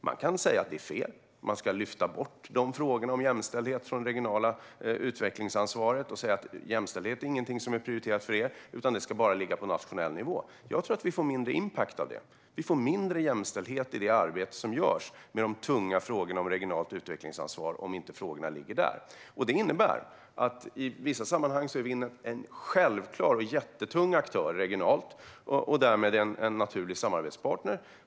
Man kan säga att det är fel och att man ska lyfta bort frågorna om jämställdhet från det regionala utvecklingsansvaret och säga: Jämställdhet är ingenting som är prioriterat för er, utan det ska bara ligga på nationell nivå. Jag tror att vi får mindre impact av det. Vi får mindre jämställdhet i det arbete som görs med de tunga frågorna om regionalt utvecklingsansvar om inte frågorna ligger där. Det innebär att man i vissa sammanhang är en självklar och jättetung aktör regionalt och därmed en naturlig samarbetspartner.